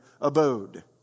abode